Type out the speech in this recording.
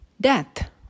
death